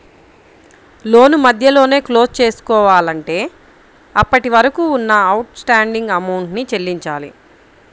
లోను మధ్యలోనే క్లోజ్ చేసుకోవాలంటే అప్పటివరకు ఉన్న అవుట్ స్టాండింగ్ అమౌంట్ ని చెల్లించాలి